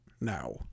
now